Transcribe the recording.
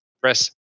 press